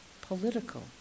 political